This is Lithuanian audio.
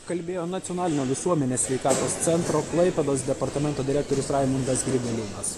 kalbėjo nacionalinio visuomenės sveikatos centro klaipėdos departamento direktorius raimundas grigaliūnas